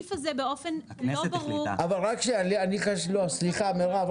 הסעיף הזה באופן לא ברור --- סליחה, מרב.